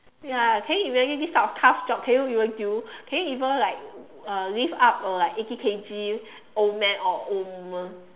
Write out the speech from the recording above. ya can you imagine this type of tough job can you even deal can you even like uh lift up a like eighty K_G old man or old women